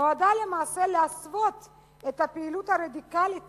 נועדה למעשה להסוות את הפעילות הרדיקלית